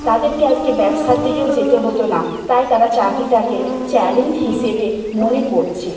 তাদেরকে আজকে ব্যবসার দিকেও যেতে হতো না তাই তারা চাকরিটাকে চ্যালেঞ্জ হিসেবে মনে করছে